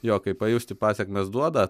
jo kaip pajusti pasekmes duoda